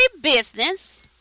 business